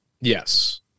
Yes